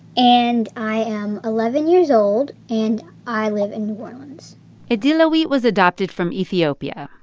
and i am eleven years old, and i live in new orleans edilowee was adopted from ethiopia.